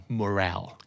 morale